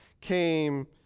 came